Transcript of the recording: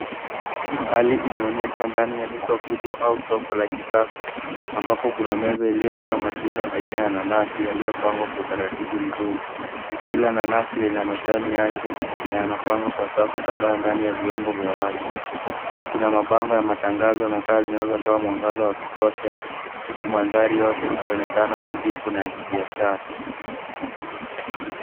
Hali inaonyesha ndani ya duka kubwa au soko la kisasa ambapo kuna meza iliyojaa matunda aina ya nanasi yaliyopangwa kwa utaratibu mzuri. Kila nanasi lina majani yake na yanapangwa kwa safu kadhaa ndani ya vyombo vya wazi. Juu kuna mabango ya matangazo na taa zinazotoa mwangaza wa kutosha huku mandhari yote ikionekana nadhifu na ya kibiashara.